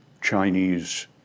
Chinese